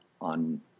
on